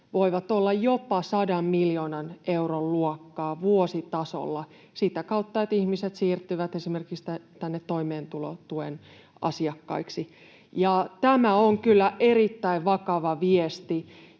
voivat olla jopa 100 miljoonan euron luokkaa vuositasolla sitä kautta, että ihmiset siirtyvät esimerkiksi toimeentulotuen asiakkaiksi. Tämä on kyllä erittäin vakava viesti,